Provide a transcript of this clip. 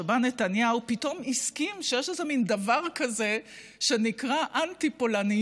שבה נתניהו פתאום הסכים שיש איזה מין דבר כזה שנקרא אנטי-פולניות,